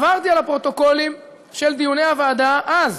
ועברתי על הפרוטוקולים של דיוני הוועדה אז,